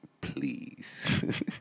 Please